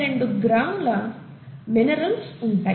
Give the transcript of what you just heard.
72 గ్రాముల మినరల్స్ ఉంటాయి